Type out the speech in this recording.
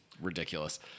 ridiculous